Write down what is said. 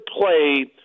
play